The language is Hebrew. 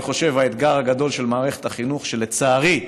אני חושב, האתגר הגדול של מערכת החינוך, שלצערי,